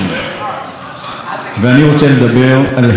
ואני רוצה לדבר על הרג פועלי הבניין.